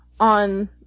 on